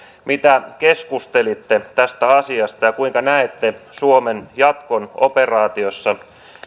mitä keskustelitte tästä asiasta ja kuinka näette suomen jatkon operaatiossa